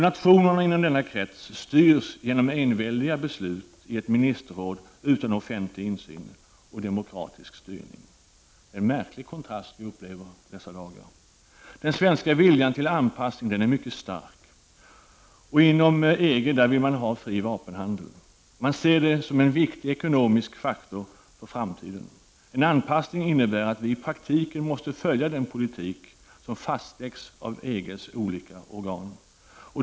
Nationerna inom denna krets styrs genom enväldiga beslut i ett ministerråd utan offentlig insyn och demokratisk styrning. Det är märkliga kontraster vi upplever i dessa dagar! Den svenska viljan till anpassning är mycket stark. Inom EG vill man ha en fri vapenhandel. Man ser den som en viktig ekonomisk faktor för framtiden. En anpassning innebär att vi i praktiken måste följa den politik som fastläggs av EG:s olika organ.